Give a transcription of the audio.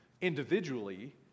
individually